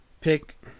pick